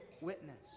witness